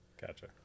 Gotcha